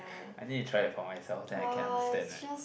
I need to try it for myself then I can understand right